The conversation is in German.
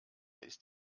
ist